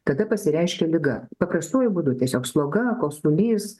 kada pasireiškia liga paprastuoju būdu tiesiog sloga kosulys